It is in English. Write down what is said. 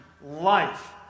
life